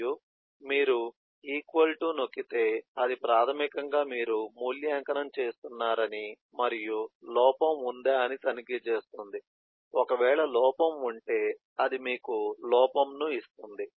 మరియు మీరు equal to నొక్కితే అది ప్రాథమికంగా మీరు మూల్యాంకనం చేస్తున్నారని మరియు లోపం ఉందా అని తనిఖీ చేస్తుంది ఒకవేళ లోపం ఉంటే అది మీకు లోపం ను ఇస్తుంది